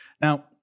Now